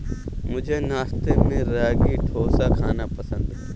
मुझे नाश्ते में रागी डोसा खाना पसंद है